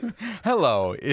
Hello